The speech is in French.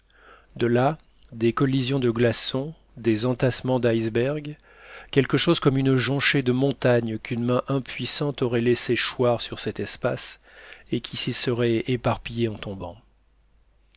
de là des collisions de glaçons des entassements d'icebergs quelque chose comme une jonchée de montagnes qu'une main impuissante aurait laissé choir sur cet espace et qui s'y seraient éparpillées en tombant